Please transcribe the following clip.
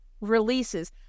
releases